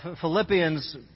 Philippians